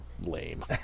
lame